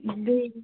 بیٚیہِ